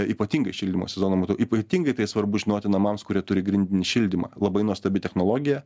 ypatingai šildymo sezono metu ypatingai tai svarbu žinoti namams kurie turi grindinį šildymą labai nuostabi technologija